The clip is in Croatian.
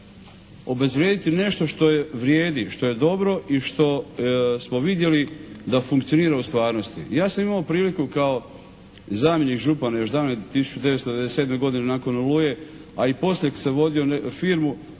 obezvrijediti nešto što vrijedi, što je dobro i što smo vidjeli da funkcionira u stvarnosti. Ja sam imao priliku kao zamjenik župana još davne 1997. godine nakon "Oluje", a i poslije sam vodio firmu